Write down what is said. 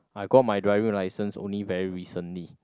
I got my driving license only very recently